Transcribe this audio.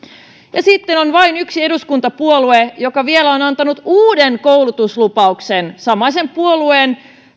sitten on vain yksi eduskuntapuolue joka vielä on antanut uuden koulutuslupauksen samaisen puolueen